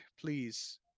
Please